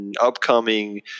Upcoming